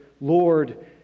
Lord